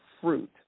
fruit